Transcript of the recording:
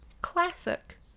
classic